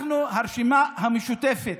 אנחנו, הרשימה המשותפת,